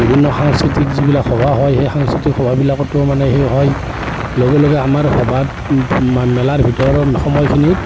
বিভিন্ন সাংস্কৃতিক যিবিলাক সভা হয় সেই সাংস্কৃতিক সভাবিলাকতো মানে হেৰি হয় লগে লগে আমাৰ সভাত মেলাৰ ভিতৰত সময়খিনিত